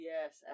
Yes